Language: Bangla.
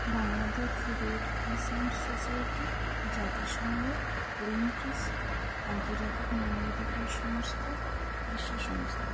বাংলাদেশ রেড ক্রিসেন্ট সোসাইটি জাতিসঙ্ঘ গ্রিন পিস আন্তর্জাতিক মানবাধিকার সংস্থা বিশ্ব সংস্থা